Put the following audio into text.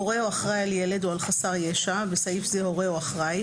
הורה או אחראי על ילד או על חסר ישע (בסעיף זה - הורה או אחראי)